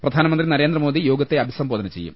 പ്രധാനമന്ത്രി നരേന്ദ്രമോദി യോഗത്തെ അഭി സംബോധന ചെയ്യും